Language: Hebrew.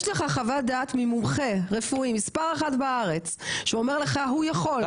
יש לך חוות דעת ממומחה רפואי מספר אחת בארץ שאומר לך הוא יכול,